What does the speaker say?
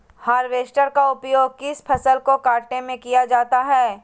Harvester का उपयोग किस फसल को कटने में किया जाता है?